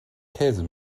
käse